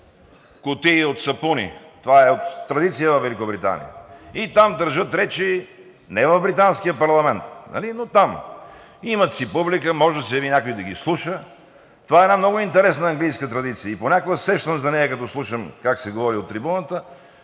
кутии от сапуни, това е традиция във Великобритания, и там държат речи – не в Британския парламент, но там, имат си публика, може да седи някой да ги изслуша. Това е една много интересна английска традиция и понякога се сещам за нея, като слушам как се говори от трибуната.